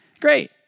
Great